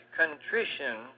contrition